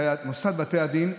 מוסד בתי הדין,